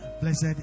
Blessed